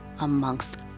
amongst